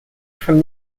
from